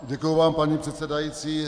Děkuji vám, paní předsedající.